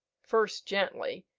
first gently,